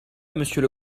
monsieur